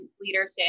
leadership